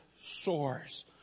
soars